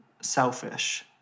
selfish